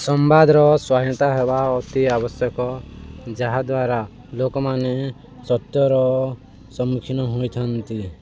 ସମ୍ବାଦର ସ୍ୱାଧିନତା ହେବା ଅତି ଆବଶ୍ୟକ ଯାହାଦ୍ୱାରା ଲୋକମାନେ ସତ୍ୟର ସମ୍ମୁଖୀନ ହୋଇଥାନ୍ତି